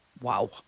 Wow